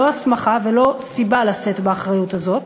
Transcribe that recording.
לא הסמכה ולא סיבה לשאת באחריות הזאת,